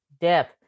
death